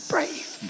Brave